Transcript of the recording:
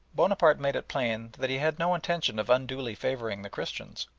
bonaparte made it plain that he had no intention of unduly favouring the christians.